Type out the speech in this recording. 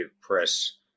press